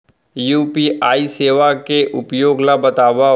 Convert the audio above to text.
UPI सेवा के उपयोग ल बतावव?